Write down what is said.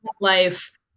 life